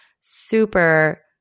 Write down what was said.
super